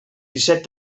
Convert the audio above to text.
disset